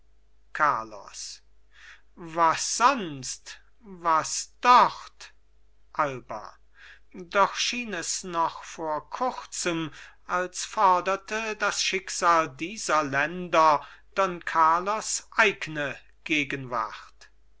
carlos was sonst was dort alba doch schien es noch vor kurzem als forderte das schicksal dieser länder don carlos eigne gegenwart